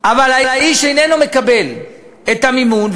אבל האיש איננו מקבל את המימון,